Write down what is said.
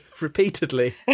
Repeatedly